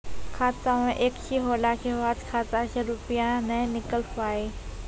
खाता मे एकशी होला के बाद खाता से रुपिया ने निकल पाए?